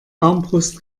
armbrust